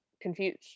confused